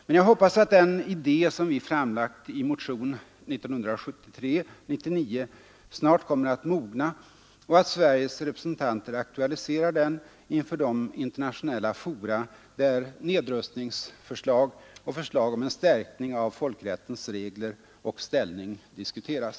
Men jag hoppas att den idé vi framlagt i motionen 1973:99 snart kommer att mogna och att Sveriges representanter aktualiserar den inför de internationella fora, där nedrustningsförslag och förslag om en stärkning av folkrättens regler och ställning diskuteras.